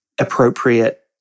appropriate